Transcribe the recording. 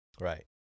Right